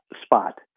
spot